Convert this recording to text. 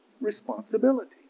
responsibility